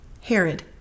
Herod